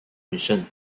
mission